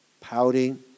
Pouting